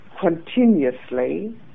continuously